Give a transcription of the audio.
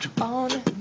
on